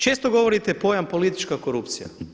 Često govorite pojam politička korupcija.